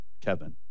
Kevin